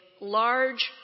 large